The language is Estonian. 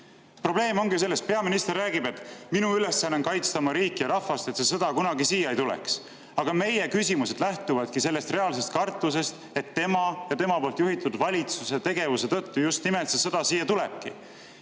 esitatud. Probleem ongi selles. Peaminister räägib, et tema ülesanne on kaitsta oma riiki ja rahvast, et see sõda kunagi siia ei tuleks. Aga meie küsimused lähtuvadki sellest reaalsest kartusest, et tema ja tema poolt juhitud valitsuse tegevuse tõttu just nimelt see sõda siia tulebki.